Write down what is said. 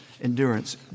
endurance